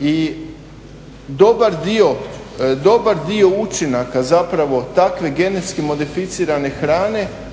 i dobar dio učinaka zapravo takve genetski modificirane hrane